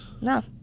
No